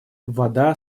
вода